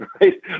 right